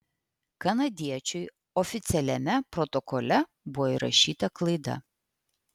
kanadiečiui oficialiame protokole buvo įrašyta klaida